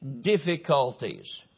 difficulties